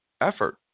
effort